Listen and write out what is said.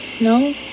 No